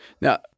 Now